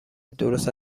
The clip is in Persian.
درست